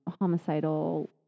homicidal